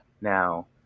Now